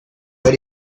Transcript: but